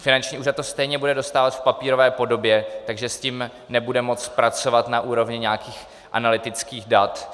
Finanční úřad to stejně bude dostávat v papírové podobě, takže s tím nebude moci pracovat na úrovni nějakých analytických dat.